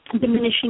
diminishing